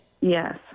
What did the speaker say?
Yes